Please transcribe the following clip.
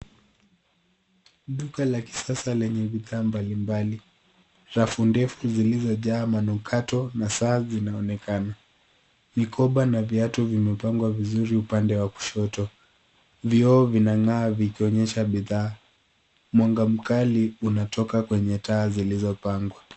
Duka la kisasa lenye bidhaa mbalimbali. Rafu ndefu zilizojaa manukato na saa zinaonekana. Mikoba na viatu vimepangwa vizuri upande wa kushoto. Vioo vinang'aa vikionyesha bidhaa. Mwanga mkali unatoka kwenye taa zilizopangwa.